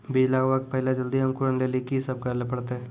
बीज लगावे के पहिले जल्दी अंकुरण लेली की सब करे ले परतै?